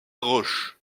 roche